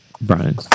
Brian